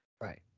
right